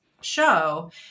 show